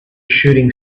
shooting